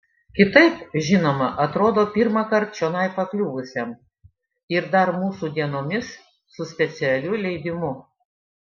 kitaip žinoma atrodo pirmąkart čionai pakliuvusiam ir dar mūsų dienomis su specialiu leidimu